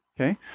okay